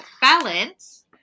balance